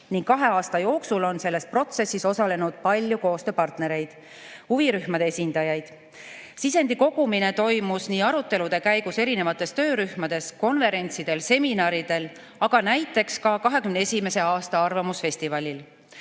Kahe aasta jooksul on selles protsessis osalenud palju koostööpartnereid, huvirühmade esindajaid. Sisendi kogumine toimus arutelude käigus töörühmades, konverentsidel ja seminaridel, aga näiteks ka 2021. aasta arvamusfestivalil.